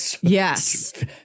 yes